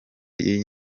yiyi